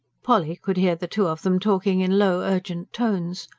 polly could hear the two of them talking in low, urgent tones.